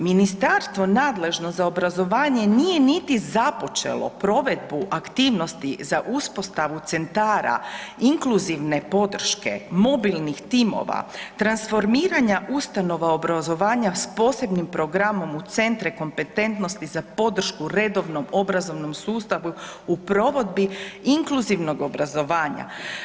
Ministarstvo nadležno za obrazovanje nije niti započelo provedbu aktivnosti za uspostavu centara inkluzivne podrške, mobilnih timova, transformiranja ustanova obrazovanja s programom u centre kompetentnosti za podršku redovnom obrazovnom sustavu u provedbi inkluzivnog obrazovanja.